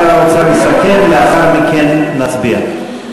שר האוצר יסכם, ולאחר מכן נצביע.